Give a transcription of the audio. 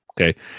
Okay